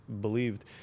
believed